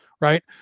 right